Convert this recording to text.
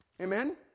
Amen